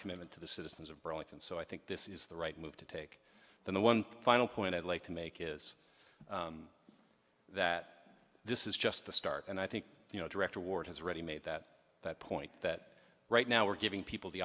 commitment to the citizens of burlington so i think this is the right move to take the one final point i'd like to make is that this is just the start and i think you know director ward has already made that point that right now we're giving people the